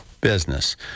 business